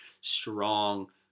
strong